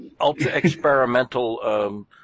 Ultra-experimental